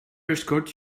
escort